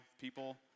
people